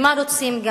ומה רוצים?